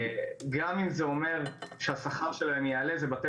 גם אם זה אומר שהשכר שלהם יעלה זה בטל